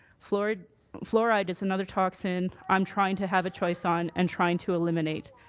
fluoride fluoride is another toxin i'm trying to have a choice on and trying to eliminate.